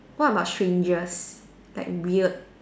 what about strangest like weird